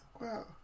Wow